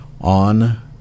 on